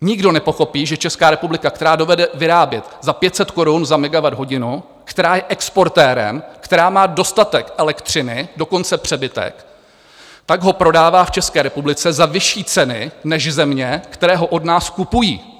Nikdo nepochopí, že Česká republika, která dovede vyrábět za 500 korun za megawatthodinu, která je exportérem, která má dostatek elektřiny, dokonce přebytek, tak ho prodává v České republice za vyšší ceny než země, které ho od nás kupují.